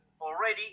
already